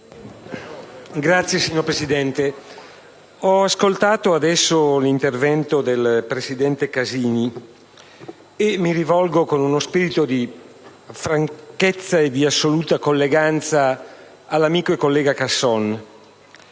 *(PD)*. Signor Presidente, ho appena ascoltato l'intervento del presidente Casini e mi rivolgo, con spirito di franchezza e di assoluta colleganza, all'amico e collega Casson.